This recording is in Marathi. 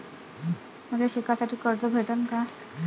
मले शिकासाठी कर्ज भेटन का?